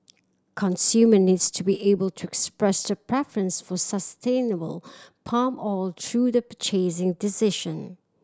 consumer needs to be able to express their preference for sustainable palm oil through their purchasing decision